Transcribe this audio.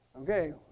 Okay